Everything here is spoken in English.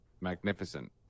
magnificent